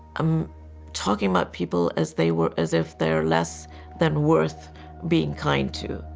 um talking about people as they were as if they're less than worth being kind too.